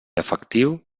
efectiu